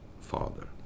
father